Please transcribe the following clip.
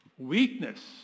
Weakness